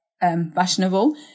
Fashionable